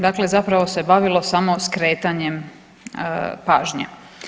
Dakle, zapravo se bavilo samo skretanjem pažnje.